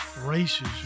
races